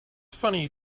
funny